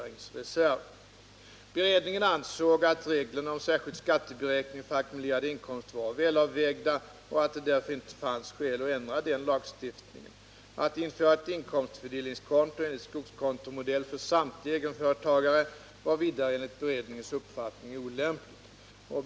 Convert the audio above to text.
Beredningen ansåg att reglerna om särskild skatteberäkning för ackumulerad inkomst var välavvägda och att det därför inte fanns skäl att ändra denna lagstiftning. Att införa ett inkomstfördelningskonto enligt skogskontomodell för samtliga egenföretagare var vidare enligt beredningens uppfattning olämpligt.